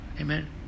Amen